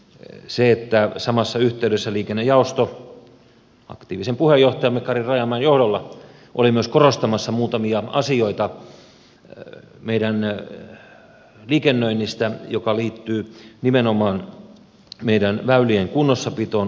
se on aivan paikallaan että samassa yhteydessä liikennejaosto aktiivisen puheenjohtajamme kari rajamäen johdolla oli myös korostamassa muutamia asioita meidän liikennöinnistä joka liittyy nimenomaan meidän väylien kunnossapitoon